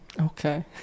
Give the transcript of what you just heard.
Okay